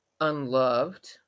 unloved